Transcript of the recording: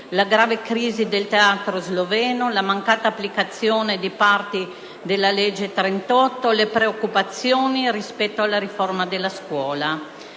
la grave crisi del teatro sloveno; la mancata applicazione di parti della legge n. 38; le preoccupazioni rispetto alla riforma della scuola.